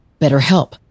BetterHelp